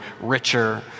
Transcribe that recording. richer